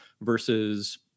versus